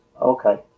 Okay